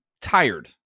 tired